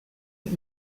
est